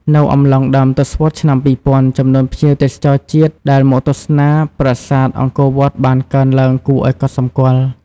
នៅអំឡុង ដើមទសវត្សរ៍ឆ្នាំ ២០០០ ចំនួនភ្ញៀវទេសចរអន្តរជាតិដែលមកទស្សនាប្រាសាទអង្គរវត្តបានកើនឡើងគួរឲ្យកត់សម្គាល់។